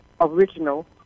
original